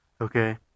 okay